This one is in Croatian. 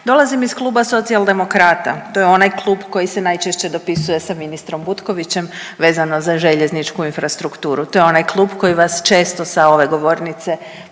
Dolazim iz kluba Socijaldemokrata, to je onaj klub koji se najčešće dopisuje sa ministrom Butkovićem vezano za željezničku infrastrukturu, to je onaj klub koji vas često sa ove govornice